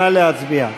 נא להצביע.